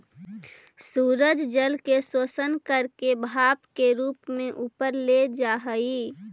सूरज जल के शोषण करके भाप के रूप में ऊपर ले जा हई